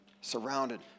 surrounded